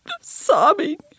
sobbing